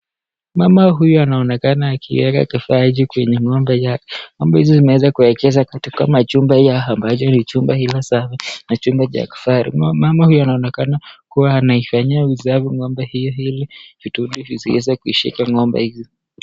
Mama huyu anaonekana akiweka kifaa hichi kwenye ng'ombe yake, ng'ombe hizi zimeweza kuekezwa katika majumba yao ambacho ni jumba hiyo safi na chumba cha kifahari, mama huyo anaonekana kuwa anaifanyia usafi ng'ombe hiyo ili vidudu visiweze kushika ng'ombe hiyo.